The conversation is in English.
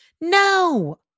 No